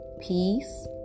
peace